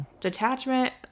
Detachment